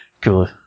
Cool